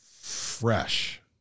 fresh